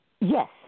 Yes